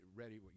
ready